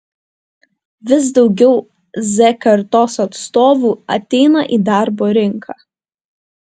vis daugiau z kartos atstovų ateina į darbo rinką